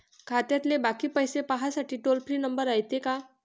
खात्यातले बाकी पैसे पाहासाठी टोल फ्री नंबर रायते का?